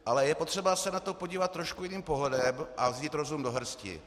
Ale je potřeba se na to podívat trošku jiným pohledem a vzít rozum do hrsti.